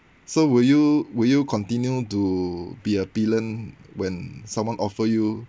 so will you will you continue to be a pillion when someone offer you